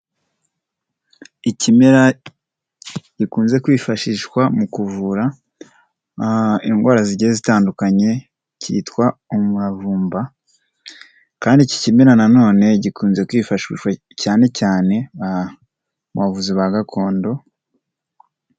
Ikimera gikunze kwifashishwa mu kuvura indwara zigiye zitandukanye kitwa umuravumba, kandi iki kimera nanone gikunze kwifashishwa cyane cyane mu bavuzi ba gakondo.